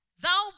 Thou